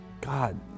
God